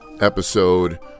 episode